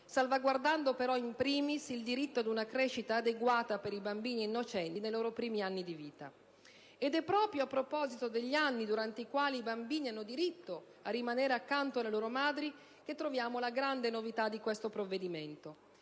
salvaguardando però *in primis* il diritto ad una crescita adeguata per i bambini innocenti nei loro primi anni di vita. È proprio a proposito degli anni durante i quali i bambini hanno diritto a rimanere accanto alle loro madri che troviamo la grande novità di questo provvedimento: